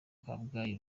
kabgayi